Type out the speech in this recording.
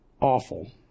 awful